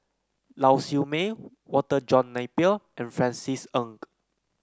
Lau Siew Mei Walter John Napier and Francis Ng